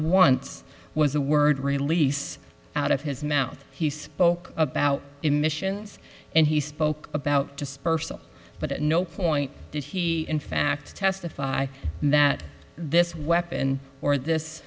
once was the word release out of his mouth he spoke about emissions and he spoke about dispersal but at no point did he in fact testify that this weapon or this